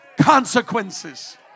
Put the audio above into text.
consequences